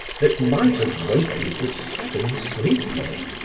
that might have wakened the seven sleepers.